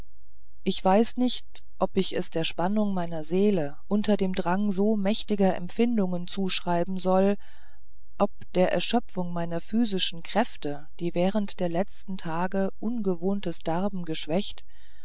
ich weiß nicht ob ich es der spannung meiner seele unter dem drange so mächtiger empfindungen zuschreiben soll ob der erschöpfung meiner physischen kräfte die während der letzten tage ungewohntes darben geschwächt